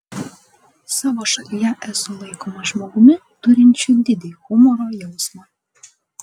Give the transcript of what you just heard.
savo šalyje esu laikomas žmogumi turinčiu didį humoro jausmą